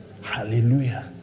Hallelujah